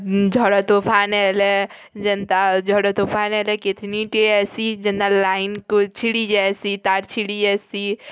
ଝଡ଼ ତୋଫାନ୍ ହେଲେ ଯେନ୍ତା ଝଡ଼ ତୋଫାନ୍ ହେଲେ କିଥିନିଟେ ଆସି ଯେନ୍ତା ଲାଇନ୍କୁ ଛିଡ଼ି ଯାଏସି ତାର୍ ଛିଡ଼ି ଯାଏସି